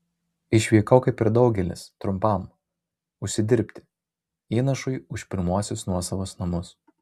išvykau kaip ir daugelis trumpam užsidirbti įnašui už pirmuosius nuosavus namus